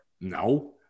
No